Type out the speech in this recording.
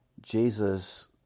jesus